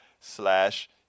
slash